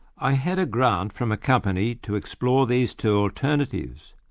i had a grant from a company to explore these two alternatives,